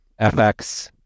FX